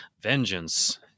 vengeance